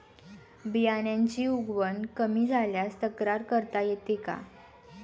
बियाण्यांची उगवण कमी झाल्यास तक्रार करता येते का?